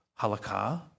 halakha